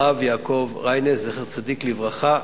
הרב יעקב ריינס, זכר צדיק לברכה,